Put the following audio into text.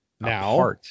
Now